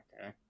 Okay